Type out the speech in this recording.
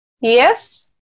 Yes